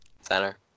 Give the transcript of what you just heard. Center